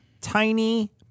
Tiny